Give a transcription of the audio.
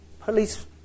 police